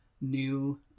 new